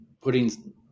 putting